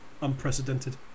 Unprecedented